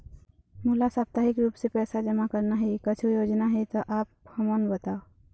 मोला साप्ताहिक रूप से पैसा जमा करना हे, कुछू योजना हे त आप हमन बताव?